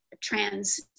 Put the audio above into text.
trans